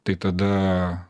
tai tada